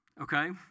okay